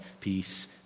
peace